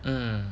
mm